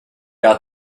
got